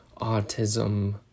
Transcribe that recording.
autism